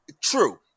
true